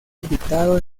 invitado